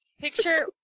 Picture